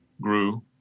grew